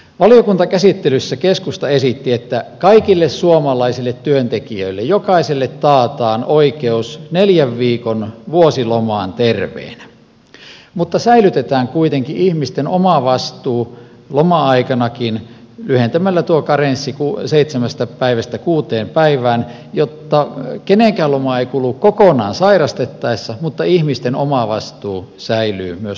valiokuntakäsittelyssä keskusta esitti että kaikille suomalaisille työntekijöille jokaiselle taataan oikeus neljän viikon vuosilomaan terveenä mutta säilytetään kuitenkin ihmisten omavastuu loma aikanakin lyhentämällä tuo karenssi seitsemästä päivästä kuuteen päivään jotta kenenkään loma ei kulu kokonaan sairastettaessa mutta ihmisten omavastuu säilyy myös loma aikana